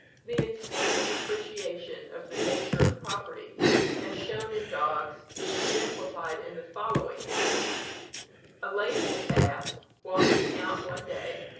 the instinctive appreciation of the nature of property as shown in dogs is exemplified in the following instance a lady at bath, walking out one day,